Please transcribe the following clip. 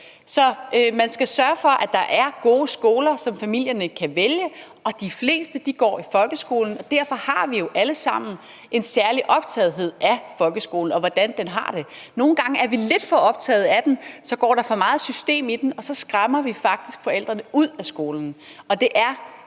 Så man skal sørge for, at der er gode skoler, som familierne kan vælge. De fleste går i folkeskolen, og derfor har vi jo alle sammen en særlig optagethed af folkeskolen, og hvordan den har det. Nogle gange er vi lidt for optaget af den, så går der for meget system i den, og så skræmmer vi faktisk forældrene væk fra skolen. Noget af